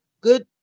good